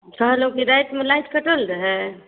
कहलहुँ कि रातिमे लाइट कटल रहै